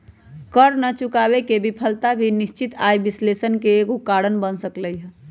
कर न चुकावे के विफलता भी निश्चित आय विश्लेषण के एगो कारण बन सकलई ह